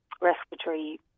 respiratory